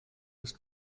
ist